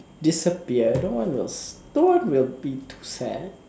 disappear no one will s~ no one will be too sad